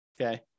okay